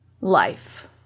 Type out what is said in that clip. life